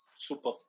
Super